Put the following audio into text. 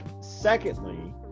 Secondly